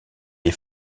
des